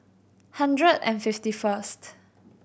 hundred and fifty first